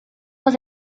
was